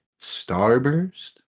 Starburst